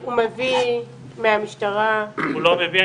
הוא מביא מהמשטרה --- הוא לא מביא,